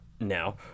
Now